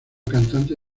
cantante